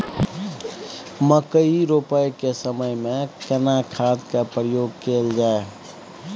मकई रोपाई के समय में केना खाद के प्रयोग कैल जाय?